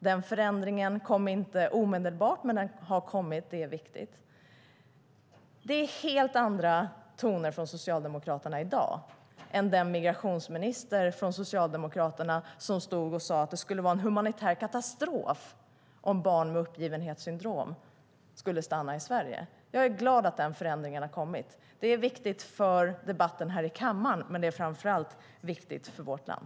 Den förändringen kom inte omedelbart, men den har kommit. Det är viktigt. Det är helt andra toner från Socialdemokraterna i dag än från den migrationsminister från Socialdemokraterna som stod och sade att det skulle vara en humanitär katastrof om barn med uppgivenhetssyndrom skulle stanna i Sverige. Jag är glad att den förändringen har kommit. Det är viktigt för debatten här i kammaren, men det är framför allt viktigt för vårt land.